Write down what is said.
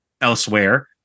elsewhere